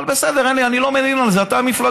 אבל בסדר, אני לא מלין על זה, אתה המפלגה.